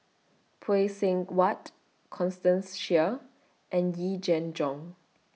Phay Seng Whatt Constance Sheares and Yee Jenn Jong